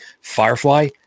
firefly